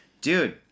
Dude